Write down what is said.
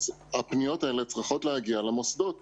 צריכות להגיע למוסדות